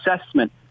assessment